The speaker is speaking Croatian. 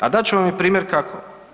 A dat ću vam i primjer kako.